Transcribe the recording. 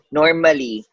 normally